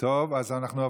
אז הצעה